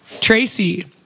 tracy